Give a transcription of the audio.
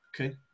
Okay